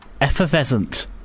Effervescent